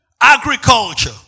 agriculture